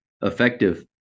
effective